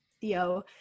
Theo